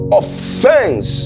offense